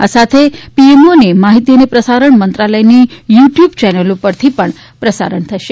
આ સાથે પીએમઓ અને માહિતી અને પ્રસારણ મંત્રાલયની યુ ટયુબ ચેનલો ઉપરથી પણ પ્રસારણ થશે